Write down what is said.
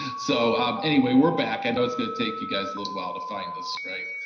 so anyway we're back, i know it's gonna take you guys a little while to find us right